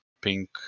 pink